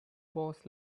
boss